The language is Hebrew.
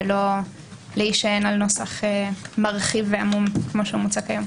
ולא להישען על נוסח מרחיב ועמום כמו שהוא מוצע כיום.